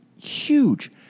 huge